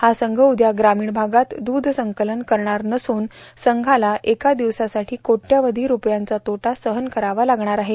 हा संघ उद्या ग्रामीण भागात दूध संकलन करणार नसून संघाला एका दिवसासाठी कोट्यवधी रूपयांचा तोटा सहन करावा लागणार आहे